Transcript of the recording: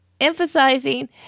emphasizing